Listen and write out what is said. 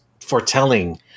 foretelling